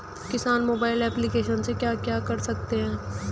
किसान mobile application पे क्या क्या कर सकते हैं?